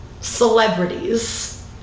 celebrities